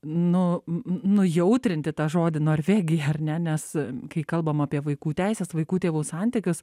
nu nujautrinti tą žodį norvegija ar ne nes kai kalbam apie vaikų teises vaikų tėvų santykius